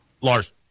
Lars